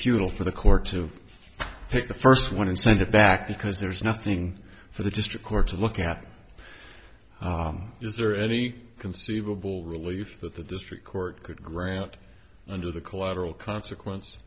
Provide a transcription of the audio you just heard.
futile for the court to take the first one and send it back because there's nothing for the district court to look at is there any conceivable relief that the district court could grant under the collateral consequences